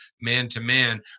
man-to-man